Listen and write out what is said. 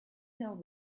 know